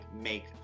make